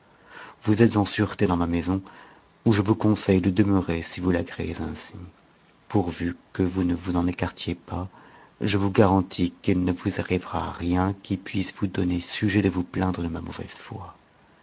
vous êtes en sûreté dans ma maison où je vous conseille de demeurer si vous l'agréez ainsi pourvu que vous ue vous en écartiez pas je vous garantis qu'il ne vous arrivera rien qui puisse vous donner sujet de vous plaindre de ma mauvaise foi